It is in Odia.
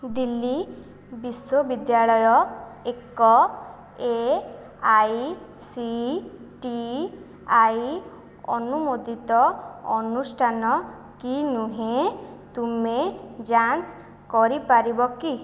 ଦିଲ୍ଲୀ ବିଶ୍ୱବିଦ୍ୟାଳୟ ଏକ A I C T I ଅନୁମୋଦିତ ଅନୁଷ୍ଠାନ କି ନୁହେଁ ତୁମେ ଯାଞ୍ଚ କରିପାରିବ କି